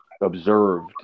observed